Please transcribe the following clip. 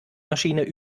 maschine